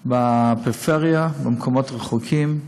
בפריפריה, במקומות רחוקים,